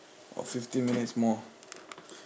got fifteen minutes more